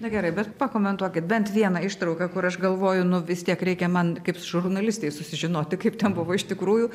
na gerai bet pakomentuokit bent vieną ištrauką kur aš galvoju nu vis tiek reikia man kaip žurnalistei susižinoti kaip ten buvo iš tikrųjų